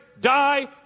die